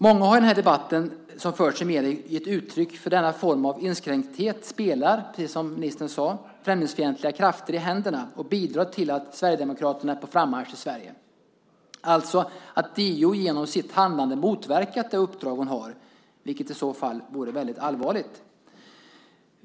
Många som i den här debatten, som förts i medierna, har givit uttryck för denna form av inskränkthet spelar, precis som ministern sade, främlingsfientliga krafter i händerna och bidrar till att Sverigedemokraterna är på frammarsch i Sverige. DO har alltså genom sitt handlande motverkat det uppdrag hon har. Det vore i så fall väldigt allvarligt.